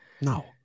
No